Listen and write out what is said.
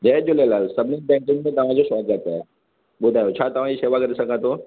जय झूलेलाल सभिनिनि बेंकुनि में तव्हांजो स्वागत आहे ॿुधायो छा तव्हांजी सेवा करे सघा थो